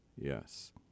Yes